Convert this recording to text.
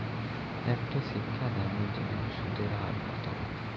একটি শিক্ষা ঋণের জন্য সুদের হার কত?